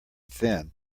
thin